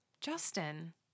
Justin